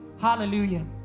Hallelujah